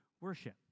worship